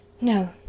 No